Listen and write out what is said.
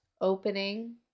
opening